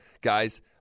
Guys